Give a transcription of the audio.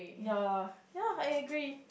ya ya I agree